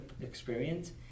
experience